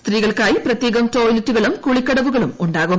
സ്ത്രീൾക്കായി പ്രത്യേകം ടോയിലറ്റുകളും കുളിക്കടവുകളുമു ാക്കും